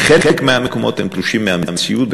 בחלק מהמקומות הם תלושים מהמציאות,